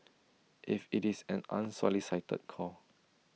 if IT is an unsolicited call